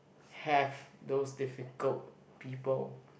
have those difficult people